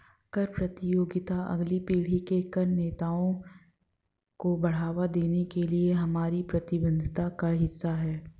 कर प्रतियोगिता अगली पीढ़ी के कर नेताओं को बढ़ावा देने के लिए हमारी प्रतिबद्धता का हिस्सा है